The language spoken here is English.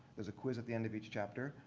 there's a quiz at the end of each chapter,